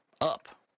up